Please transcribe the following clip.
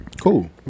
Cool